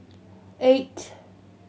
eight